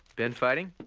been fighting?